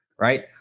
right